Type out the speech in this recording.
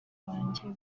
banjye